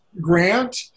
grant